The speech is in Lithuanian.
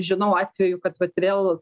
žinau atvejų kad vat vėl